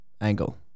angle